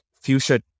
Fuchsia